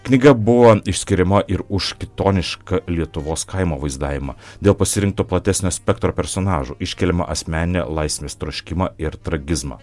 knyga buvo išskiriama ir už kitonišką lietuvos kaimo vaizdavimą dėl pasirinkto platesnio spektro personažų iškiliamą asmeninę laisvės troškimą ir tragizmą